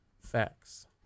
Facts